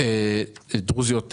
מקומיות דרוזיות בגליל.